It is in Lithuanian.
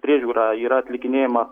priežiūra yra atlikinėjama